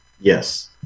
Yes